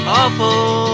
awful